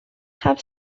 have